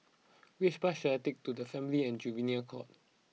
which bus should I take to the Family and Juvenile Court